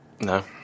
no